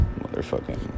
motherfucking